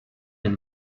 been